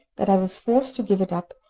that i was forced to give it up,